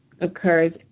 occurs